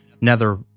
nether